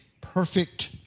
perfect